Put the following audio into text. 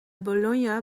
bologna